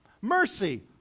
Mercy